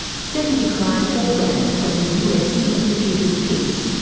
stephanie kleine-ahlbrandt from the us institute of peace,